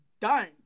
done